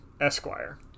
Esquire